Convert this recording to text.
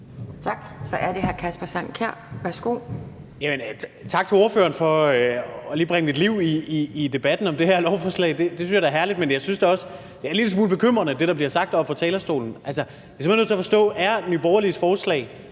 Kl. 11:50 Kasper Sand Kjær (S): Tak til ordføreren for lige at bringe liv i debatten om det her lovforslag. Det synes jeg da er herligt. Men jeg synes også, det er en lille smule bekymrende, hvad der bliver sagt oppe fra talerstolen. Altså, jeg er simpelt hen nødt til at forstå det: Er det Nye Borgerliges forslag,